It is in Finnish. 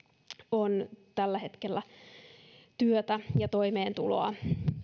on tällä hetkellä työtä ja toimeentuloa